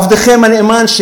עבדכם הנאמן,